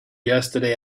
yesterday